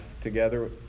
together